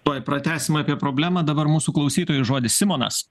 tuoj pratęsime apie problemą dabar mūsų klausytojai žodis simonas